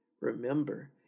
remember